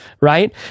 right